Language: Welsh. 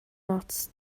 ots